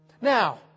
Now